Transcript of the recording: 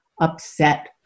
upset